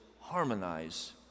harmonize